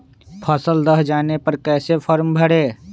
फसल दह जाने पर कैसे फॉर्म भरे?